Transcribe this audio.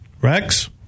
Rex